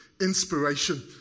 inspiration